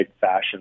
fashion